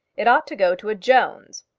it ought to go to a jones.